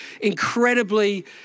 incredibly